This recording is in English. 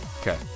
Okay